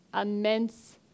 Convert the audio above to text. immense